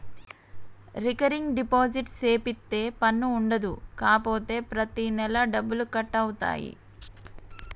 recurring deposit సేపిత్తే పన్ను ఉండదు కాపోతే ప్రతి నెలా డబ్బులు కట్ అవుతాయి